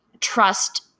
trust